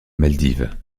maldives